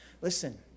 Listen